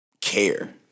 care